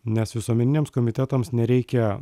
nes visuomeniniams komitetams nereikia